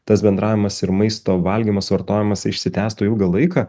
tas bendravimas ir maisto valgymas vartojimas išsitęstų ilgą laiką